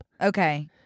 Okay